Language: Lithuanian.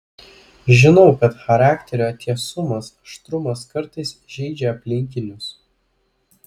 žinau kad charakterio tiesumas aštrumas kartais žeidžia aplinkinius